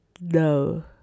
No